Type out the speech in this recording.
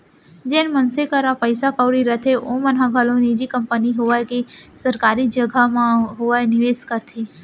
जेन मनसे करा पइसा कउड़ी रथे ओमन ह घलौ निजी कंपनी होवय के सरकारी जघा म होवय निवेस करथे